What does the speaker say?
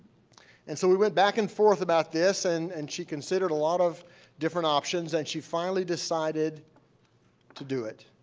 and so we went back and forth about this. and and she considered a lot of different options. and she finally decided to do it.